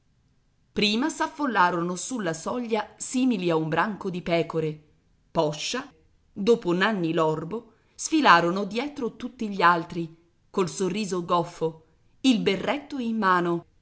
infastidito prima s'affollarono sulla soglia simili a un branco di pecore poscia dopo nanni l'orbo sfilarono dietro tutti gli altri col sorriso goffo il berretto in mano